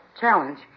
challenge